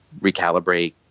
recalibrate